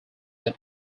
than